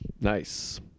nice